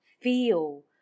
feel